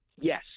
Yes